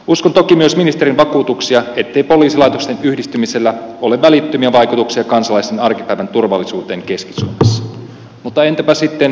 uskon toki myös ministerin vakuutuksia ettei poliisilaitosten yhdistymisellä ole välittömiä vaikutuksia kansalaisen arkipäivän turvallisuuteen keski suomessa mutta entäpä sitten tulevaisuudessa